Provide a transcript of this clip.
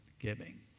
giving